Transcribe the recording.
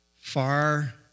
Far